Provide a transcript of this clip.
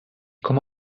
komme